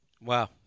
Wow